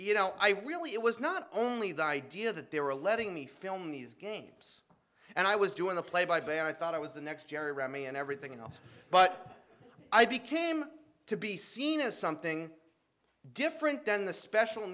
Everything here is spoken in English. you know i really it was not only the idea that they were letting me film these games and i was doing the play by play and i thought i was the next jerry remy and everything else but i became to be seen as something different than the special